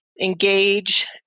engage